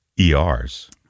er's